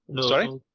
Sorry